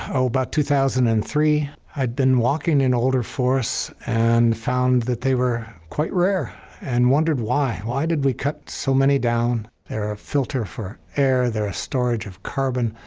so about two thousand and three. i'd been walking in older forests, and found that they were quite rare and wondered why. why did we cut so many down? they're a filter for air. they're a storage of carbon.